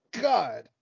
god